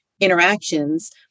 interactions